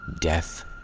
death